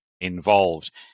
involved